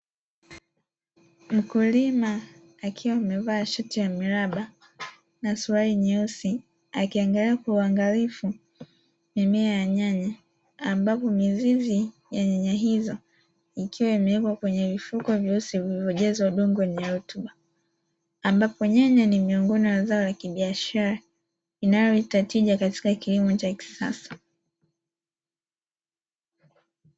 Mkulima akiwa amevaa shati ya miraba na suruali nyeusi, akiangalia kwa uangalifu mimea ya nyanya, ambapo mizizi ya nyanya hizo ikiwa imewekwa kwenye vifuko vyeusi vilivyojazwa udongo wenye rutuba, ambapo nyanya ni miongoni mwa zao la kibiashara inayoleta tija katika kilimo cha kisasa.